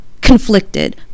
conflicted